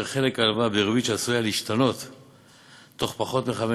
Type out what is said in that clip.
וחלק ההלוואה בריבית שעשוי להשתנות בתוך פחות מחמש